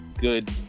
good